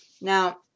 Now